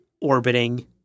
orbiting